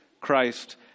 Christ